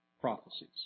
prophecies